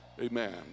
Amen